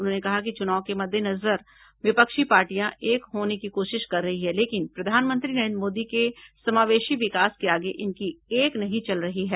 उन्होंने कहा कि चुनाव के मद्देनजर विपक्षी पार्टियां एक होने की कोशिश कर रही हैं लेकिन प्रधानमंत्री नरेंद्र मोदी के समावेशी विकास के आगे इनकी एक नहीं चल रही है